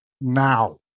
now